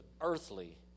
earthly